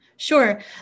Sure